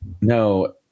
no